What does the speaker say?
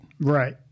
Right